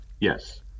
yes